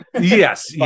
yes